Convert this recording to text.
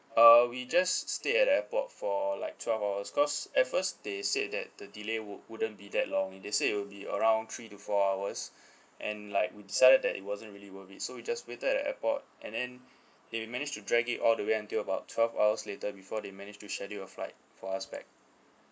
uh we just stayed at the airport for like twelve hours because at first they said that the delay would wouldn't be that long they said it'll around three to four hours and like we decided that it wasn't really worth it so we just waited at the airport and then they managed to drag it all the way until about twelve hours later before they managed to schedule a flight for us back